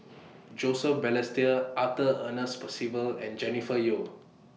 Joseph Balestier Arthur Ernest Percival and Jennifer Yeo